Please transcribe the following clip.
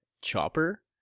Chopper